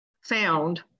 found